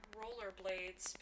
rollerblades